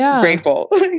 grateful